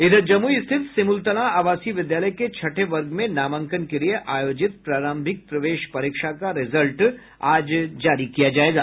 इधर जमुई स्थित सिमुलतला आवासीय विद्यालय के छठे वर्ग में नामांकन के लिए आयोजित प्रारंभिक प्रवेश परीक्षा का रिजल्ट आज जारी किया जायेगा